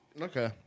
Okay